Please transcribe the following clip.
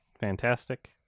fantastic